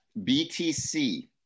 BTC